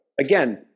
again